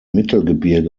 mittelgebirge